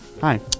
Hi